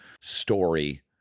story